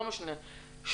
לא משנה...